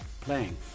playing